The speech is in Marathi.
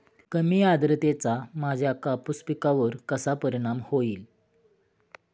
कमी आर्द्रतेचा माझ्या कापूस पिकावर कसा परिणाम होईल?